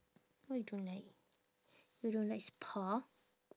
why you don't like you don't like spa